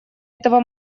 этого